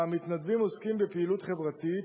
שבה המתנדבים עוסקים בפעילות חברתית,